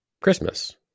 Christmas